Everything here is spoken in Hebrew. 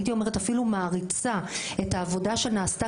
הייתי אומרת אפילו מעריצה את העבודה שנעשתה